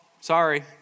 sorry